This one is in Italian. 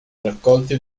raccolti